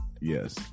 yes